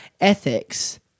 ethics